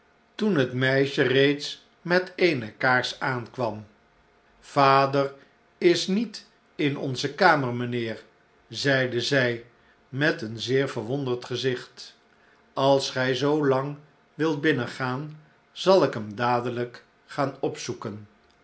toen het meisje reeds met eene kaars aankwam slechte tijden vader is niet in onze kamer mijnheer zeide zij met een zeer verwonderd gezicht als gij zoolang wilt binnengaan zal ik hem dadelljk gaan opzoeken